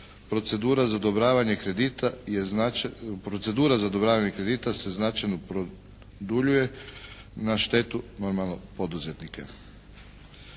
procedura za odobravanje kredita se značajno produljuje na štetu normalno poduzetnika.